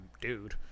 dude